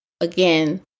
again